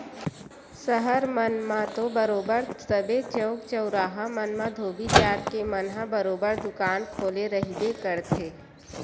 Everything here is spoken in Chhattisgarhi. सहर मन म तो बरोबर सबे चउक चउराहा मन म धोबी जात के मन ह बरोबर दुकान खोले रहिबे करथे